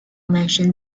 mention